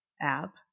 app